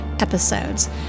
episodes